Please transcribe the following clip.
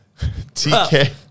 TK